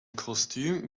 kostüm